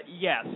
Yes